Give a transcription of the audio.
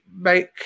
make